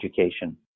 education